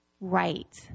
Right